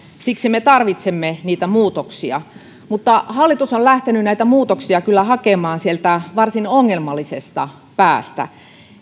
siksi me tarvitsemme muutoksia mutta hallitus on lähtenyt näitä muutoksia kyllä hakemaan sieltä varsin ongelmallisesta päästä